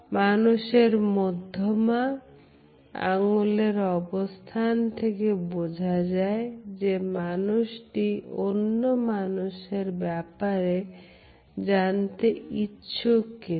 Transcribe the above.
মানুষের মধ্যমা আঙ্গুলের অবস্থান থেকে বোঝা যায় যে মানুষটি অন্য মানুষের ব্যাপারে জানতে ইচ্ছুক কিনা